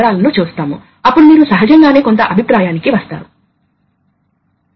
మీరు చూస్తారు ఇది పైలట్ పోర్ట్ కాబట్టి గాలి వచ్చి ఈ ఛాంబర్ ని నింపుతుంది